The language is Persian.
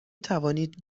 توانید